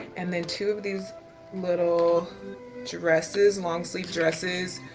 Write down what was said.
and then two of these little dresses, long sleeve dresses,